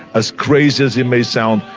as crazy as it may sound,